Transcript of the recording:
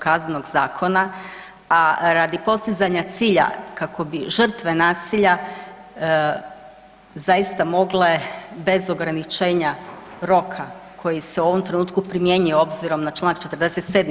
Kaznenog zakona, a radi postizanja cilja kako bi žrtve nasilja zaista mogle bez ograničenja roka, koji se u ovom trenutku primjenjuje, obzirom na čl. 47.